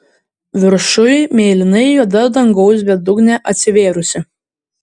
viršuj mėlynai juoda dangaus bedugnė atsivėrusi